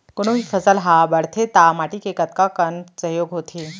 कोनो भी फसल हा बड़थे ता माटी के कतका कन सहयोग होथे?